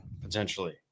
potentially